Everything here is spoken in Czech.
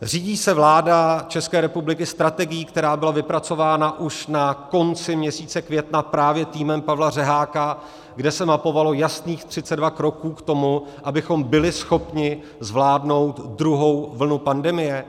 Řídí se vláda České republiky strategií, která byla vypracována už na konci měsíce května právě týmem Pavla Řeháka, kde se mapovalo jasných 32 kroků k tomu, abychom byli schopni zvládnout druhou vlnu pandemie?